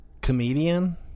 comedian